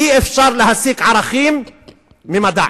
אי-אפשר להסיק ערכים ממדע,